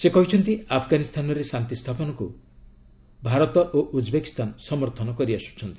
ସେ କହିଛନ୍ତି ଆଫଗାନିସ୍ତାନରେ ଶାନ୍ତି ସ୍ଥାପନକୁ ଭାରତ ଓ ଉଜ୍ବେକିସ୍ତାନ ସମର୍ଥନ କରିଆସୁଛନ୍ତି